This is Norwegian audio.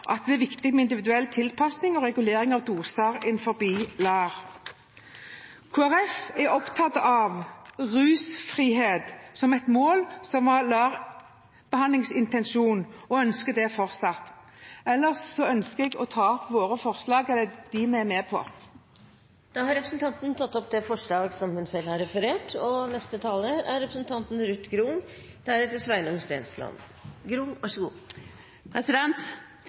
at det er viktig med individuell tilpasning og regulering av doser innenfor LAR. Kristelig Folkeparti er opptatt av rusfrihet som et mål, som er intensjonen med LAR-behandling, og ønsker det fortsatt. Ellers ønsker jeg å ta opp de forslagene Kristelig Folkeparti har sammen med andre partier. Representanten Olaug V. Bollestad har tatt opp de forslagene hun refererte til. Representantforslaget har